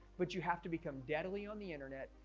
but you have to become deadly on the internet.